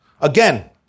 again